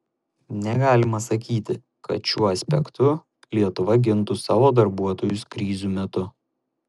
negalima sakyti kad šiuo aspektu lietuva gintų savo darbuotojus krizių metu